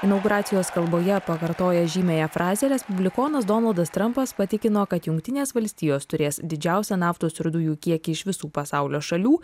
inauguracijos kalboje pakartoja žymiąją frazę respublikonas donaldas trampas patikino kad jungtinės valstijos turės didžiausią naftos ir dujų kiekį iš visų pasaulio šalių